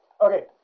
okay